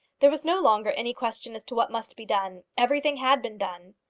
there was no longer any question as to what must be done. everything had been done.